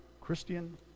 Christian